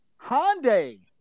Hyundai